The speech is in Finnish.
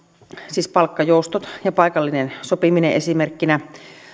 siis palkkajoustot ja paikallinen sopiminen esimerkkinä